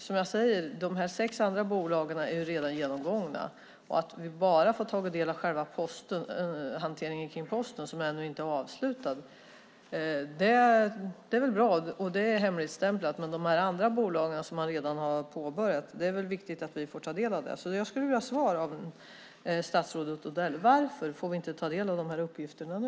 Som jag säger: De här sex andra bolagen är ju redan genomgångna. Att vi bara har fått ta del av hanteringen kring Posten, som ännu inte är avslutad, är väl bra. Det är hemligstämplat. Men det är viktigt att vi också får ta del av detta när det gäller de andra bolag som man redan har börjat arbeta med. Jag skulle vilja ha svar av statsrådet Odell: Varför får vi inte ta del av de här uppgifterna nu?